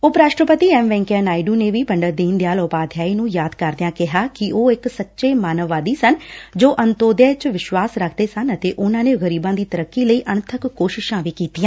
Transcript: ਉਪ ਰਾਸਟਰਪਤੀ ਐਮ ਵੈ'ਕਈਆ ਨਾਇਡੂ ਨੇ ਪੰਡਤ ਦੀਨ ਦਿਆਲ ਉਪਾਧਿਆਏ ਨੂੰ ਯਾਦ ਕਰਦਿਆਂ ਕਿਹਾ ਕਿ ਉਹ ਇਕ ਸੱਚੇ ਮਾਨਵਵਾਦੀ ਸਨ ਜੋ ਅੰਤੋਦਯ ਚ ਵਿਸ਼ਵਾਸ ਰੱਖਦੇ ਸਨ ਅਤੇ ਉਨੂੰ ਨੇ ਗਰੀਬਾਂ ਦੀ ਤਰੱਕੀ ਲਈ ਅਣਥੱਕ ਕੋਸ਼ਿਸਾਂ ਕੀਤੀਆਂ